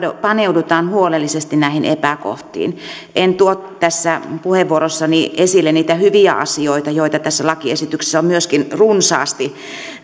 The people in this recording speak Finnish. paneudutaan huolellisesti näihin epäkohtiin en tuo tässä puheenvuorossani esille niitä hyviä asioita joita tässä lakiesityksessä on myöskin runsaasti